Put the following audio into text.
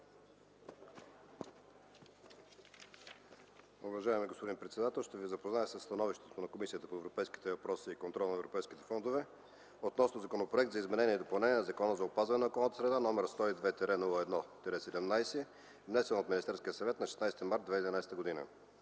Уважаеми господин председател! Ще ви запозная със „СТАНОВИЩЕ на Комисията по европейските въпроси и контрол на европейските фондове относно Законопроект за изменение и допълнение на Закона за опазване на околната среда, № 102-01-17, внесен от Министерския съвет на 16 март 2011 г.